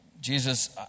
Jesus